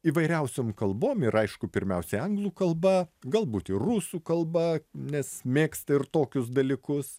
įvairiausiom kalbom ir aišku pirmiausiai anglų kalba galbūt ir rusų kalba nes mėgsta ir tokius dalykus